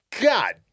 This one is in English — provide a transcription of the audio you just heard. God